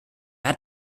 hat